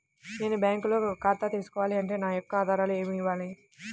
నేను బ్యాంకులో ఖాతా తీసుకోవాలి అంటే నా యొక్క ఆధారాలు ఏమి కావాలి?